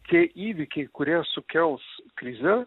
tie įvykiai kurie sukels krizę